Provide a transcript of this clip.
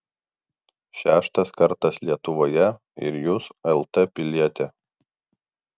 šeštas kartas lietuvoje ir jūs lt pilietė